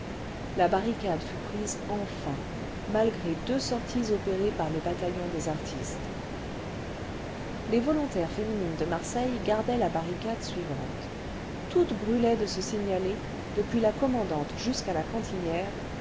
la barricade fut prise enfin malgré deux sorties opérées par le bataillon des artistes les volontaires féminines cle marseille gardaient la barricade suivante toutes brûlaient de se signaler depuis la commandante jusqu'à la cantinière